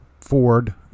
Ford